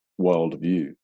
worldview